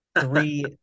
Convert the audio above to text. three